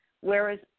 whereas